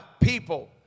people